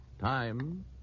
Time